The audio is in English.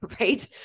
right